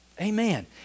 Amen